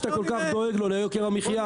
שאתה כל כך דואג לו ליוקר המחיה,